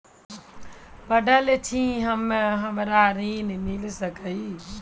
पढल छी हम्मे हमरा ऋण मिल सकई?